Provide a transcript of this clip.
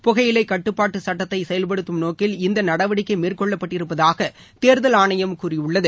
புகையிலை கட்டுப்பாட்டு சுட்டத்தை செயல்படுத்தும் நோக்கில் இந்த நடவடிக்கை மேற்கொள்ளப்பட்டிருப்பதாக தேர்தல் ஆணையம் கூறியுள்ளது